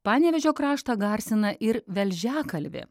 panevėžio kraštą garsina ir velžiakalvė